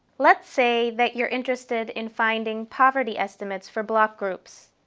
let's say that you are interested in finding poverty estimates for block groups.